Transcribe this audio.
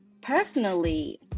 personally